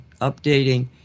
updating